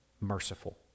merciful